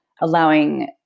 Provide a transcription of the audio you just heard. allowing